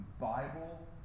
Bible